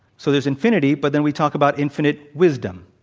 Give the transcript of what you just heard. so, there's infinity, but then we talk about infinite wisdom,